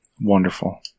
Wonderful